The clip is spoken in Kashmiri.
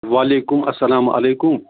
وعلیکُم السلامُ علیکُم